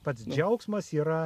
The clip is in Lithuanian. pats džiaugsmas yra